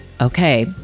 Okay